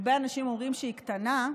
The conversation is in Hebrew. הרבה אנשים אומרים שהיא קטנה,